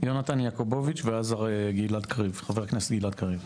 יונתן יעקובוביץ ואחר כך חבר הכנסת גלעד קריב.